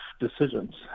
decisions